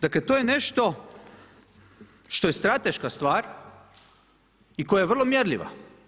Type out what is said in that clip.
Dakle, to je nešto što je strateška stvar i koja je vrlo mjerljiva.